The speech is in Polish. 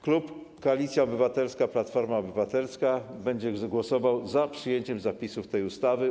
Klub Koalicja Obywatelska - Platforma Obywatelska będzie głosował za przyjęciem zapisów tej ustawy.